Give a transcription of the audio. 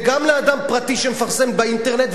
וגם לאדם פרטי שמפרסם באינטרנט,